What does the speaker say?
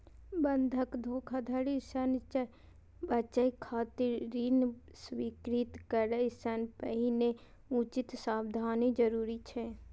बंधक धोखाधड़ी सं बचय खातिर ऋण स्वीकृत करै सं पहिने उचित सावधानी जरूरी छै